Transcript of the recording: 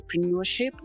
entrepreneurship